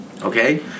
Okay